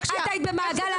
נשים מנצלות